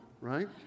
right